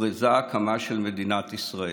הוכרז על הקמת מדינת ישראל.